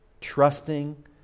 Trusting